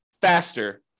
faster